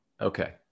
okay